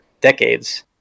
decades